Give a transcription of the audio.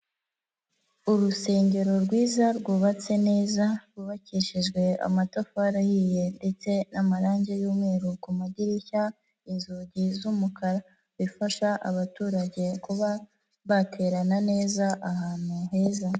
Urusengero rwiza rwubatse neza, rwubakishijwe amatafari ahiiye ndetse n'amarangi y'umweru ku madirishya, inzugi z'umukara ifasha abaturage kuba baterana neza ahantu heza.